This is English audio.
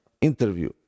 interview